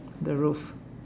the roof